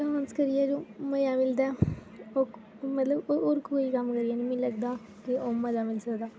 dance करियै गै मज़ा मिलदा ऐ होर मतलब होर कोई कम्म करियै निं मिलदा ते ओह् मज़ा मिली सकदा